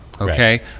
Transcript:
Okay